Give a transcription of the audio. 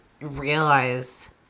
realize